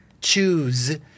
choose